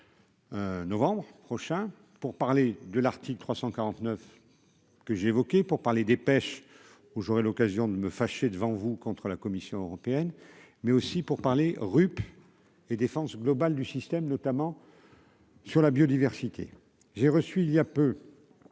Novembre prochain pour parler de l'article 349 que j'évoquais pour parler dépêche où j'aurai l'occasion de me fâcher devant vous contre la Commission européenne, mais aussi pour parler RUP et défense globale du système, notamment. Sur la biodiversité, j'ai reçu il y a peu,